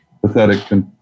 pathetic